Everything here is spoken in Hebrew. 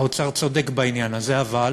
האוצר צודק בעניין הזה, אבל